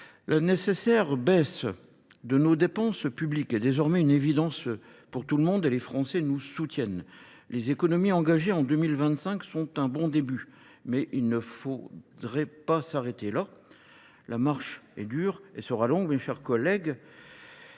La nécessaire baisse de nos dépenses publiques est désormais une évidence pour tout le monde et les Français nous soutiennent. Les économies engagées en 2025 sont un bon début mais il ne faudrait pas s'arrêter là. La marche est dure et sera longue mes chers collègues.